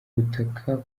ubutaka